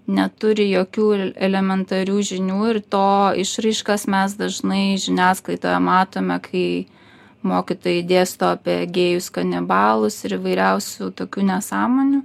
neturi jokių l elementarių žinių ir to išraiškas mes dažnai žiniasklaidoje matome kai mokytojai dėsto apie gėjus kanibalus ir įvairiausių tokių nesąmonių